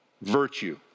virtue